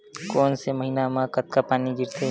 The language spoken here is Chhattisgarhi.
कोन से महीना म कतका पानी गिरथे?